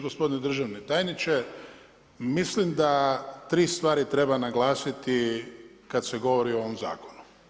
Gospodine državni tajniče, mislim da 3 stvari treba naglasiti kad se govori o ovom zakonu.